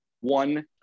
one